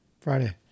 Friday